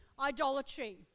idolatry